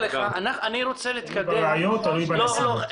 תלוי בראיות ותלוי בנסיבות.